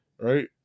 right